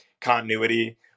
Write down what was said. continuity